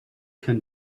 can